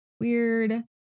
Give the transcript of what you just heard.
weird